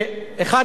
אני אקדים,